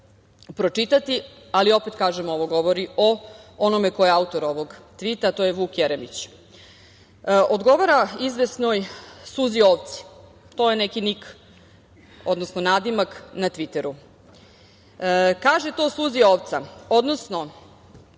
pročitati, ali opet kažem, ovo govori o onome ko je autor ovog tvita a to je Vuk Jeremić. On odgovara izvesnoj „Suzi Ovci“, to je neki „nik“ odnosno nadimak na Tviteru. Kaže toj „Suzi Ovci“, odnosno